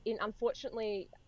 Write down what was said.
unfortunately